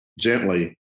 gently